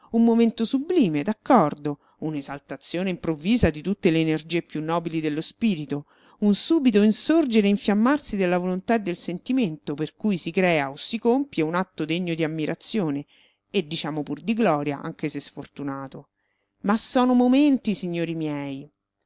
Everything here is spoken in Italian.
un momento sublime d'accordo un'esaltazione improvvisa di tutte le energie più nobili dello spirito un subito insorgere e infiammarsi della volontà e del sentimento per cui si crea o si compie un atto degno di ammirazione e diciamo pur di gloria anche se sfortunato ma sono momenti signori miei